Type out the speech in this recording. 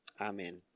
Amen